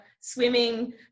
swimming